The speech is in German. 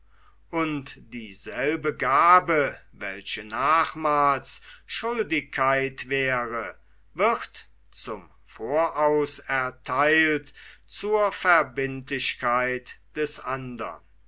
und dieselbe gabe welche nachmals schuldigkeit wäre wird zum voraus ertheilt zur verbindlichkeit des andern